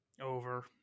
Over